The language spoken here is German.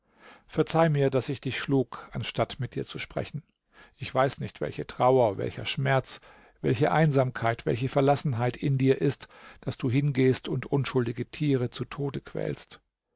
verzeih mir daß ich dich schlug anstatt mit dir zu sprechen ich weiß nicht welche trauer welcher schmerz welche einsamkeit welche verlassenheit in dir ist daß du hingehst und unschuldige tiere zu tode quälst